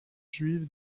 juive